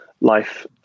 life